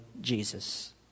Jesus